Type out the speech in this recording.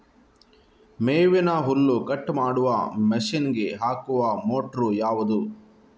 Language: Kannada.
ಮೇವಿನ ಹುಲ್ಲು ಕಟ್ ಮಾಡುವ ಮಷೀನ್ ಗೆ ಹಾಕುವ ಮೋಟ್ರು ಯಾವುದು?